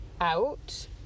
out